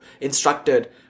instructed